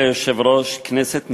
השר משיב?